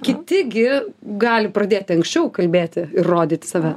kiti gi gali pradėti anksčiau kalbėti ir rodyti save